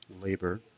labor